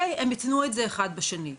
הם התנו את זה אחד בשני.